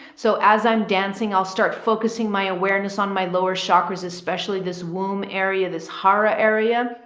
so as i'm dancing, i'll start focusing my awareness on my lower chakras, especially this womb area, this harra area,